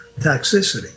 toxicity